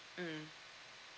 mmhmm